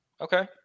Okay